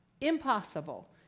impossible